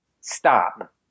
Stop